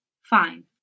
Fine